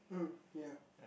mm yea